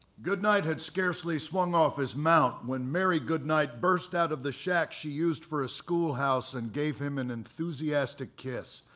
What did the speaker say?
goodnight had scarcely swung off his mount when mary goodnight burst out of the shack she used for a school house and gave him an enthusiastic kiss,